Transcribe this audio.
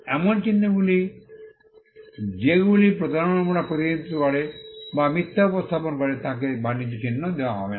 এবং এমন চিহ্নগুলি যেগুলি প্রতারণামূলক প্রতিনিধিত্ব করে বা মিথ্যা উপস্থাপন করে তাকে বাণিজ্য চিহ্ন দেওয়া হবে না